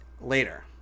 later